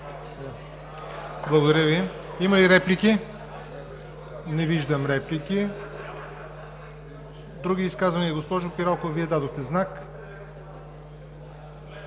Благодаря Ви. Има ли реплики? Не виждам. Други изказвания? Госпожо Пиралкова, Вие дадохте знак.